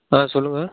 ஆ சொல்லுங்கள்